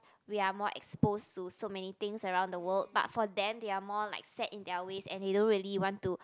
we are more exposed to so many things around the world but for them they are more like set in their way and they don't really want to